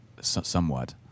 somewhat